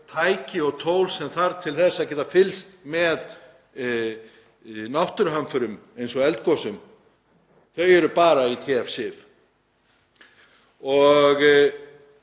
tæki og tól sem þarf til þess að geta fylgst með náttúruhamförum eins og eldgosum, þau tæki eru bara í TF-Sif.